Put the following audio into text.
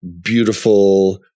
beautiful